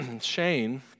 Shane